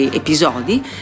episodi